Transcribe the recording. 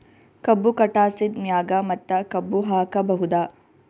ಕಬ್ಬು ಕಟಾಸಿದ್ ಮ್ಯಾಗ ಮತ್ತ ಕಬ್ಬು ಹಾಕಬಹುದಾ?